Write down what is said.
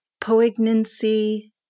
poignancy